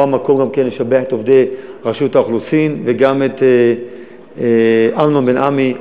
פה גם המקום לשבח את עובדי רשות האוכלוסין וגם את אמנון בן-עמי,